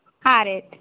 ಹಾಂ ರೀ ಇಡ್ತೆ